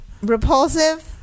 Repulsive